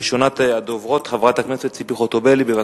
ראשונת הדוברים, חברת הכנסת ציפי חוטובלי, בבקשה.